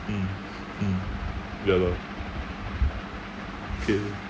mm mm ya lah okay